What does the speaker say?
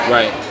Right